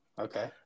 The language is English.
Okay